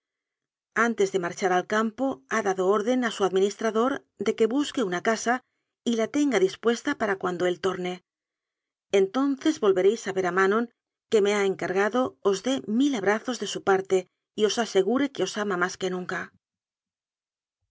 antes de marchar al campo iia dado orden a su administrador de que busque una casa y la tenga dispuesta para cuando él tome entonces volveréis a ver a manon que me ha en cargado os dé mil abrazos de su parte y os asegu re que os ama más que nunca